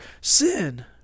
sin